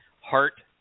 Heart